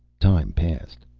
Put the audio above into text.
time passed.